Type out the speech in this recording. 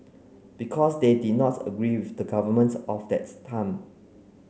because they did not agree with the government of that time